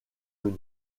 nom